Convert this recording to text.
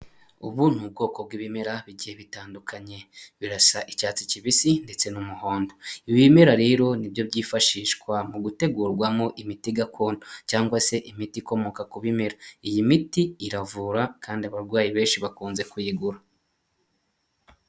Ubu ni ubwoko bw'ibimera bigiye bitandukanye birasa icyatsi kibisi ndetse n'umuhondo. Ibi bimera rero nibyo byifashishwa mu gutegurwamo imiti gakondo cyangwa se imiti ikomoka ku bimera. Iyi miti iravura kandi abarwayi benshi bakunze kuyigura.